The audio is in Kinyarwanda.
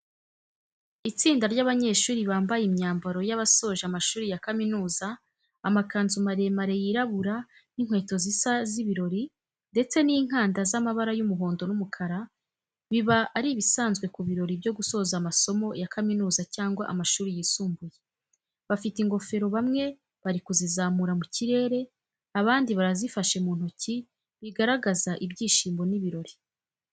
Itsinda ry'abanyeshuri bambaye imyambaro y'abasoje amashuri ya kaminuza, amakanzu maremare yirabura n’inkweto zisa z'ibirori ndetse n’inkanda z’amabara y’umuhondo n’umukara, biba ari ibisanzwe ku birori byo gusoza amasomo ya kaminuza cyangwa amashuri yisumbuye. Bafite ingofero bamwe bari kuzizamura mu kirere, abandi barazifashe mu ntoki, bigaragaza ibyishimo n’ibirori.